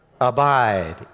Abide